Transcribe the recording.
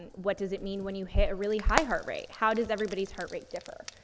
and what does it mean when you hit a really high heart rate? how does everybody's heart rate differ?